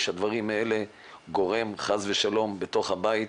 שהדברים האלה גורמים חס ושלום בתוך הבית,